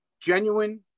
genuine